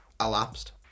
elapsed